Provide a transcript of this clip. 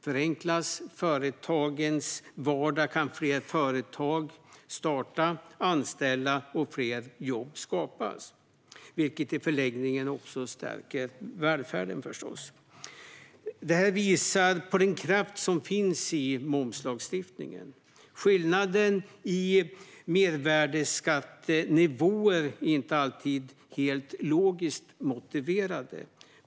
Förenklas företagens vardag kan fler företag starta och anställa, och fler jobb skapas, vilket i förlängningen förstås också stärker välfärden. Detta visar på den kraft som finns i momslagstiftningen. Skillnaden i mervärdesskattenivåer är inte alltid helt logisk.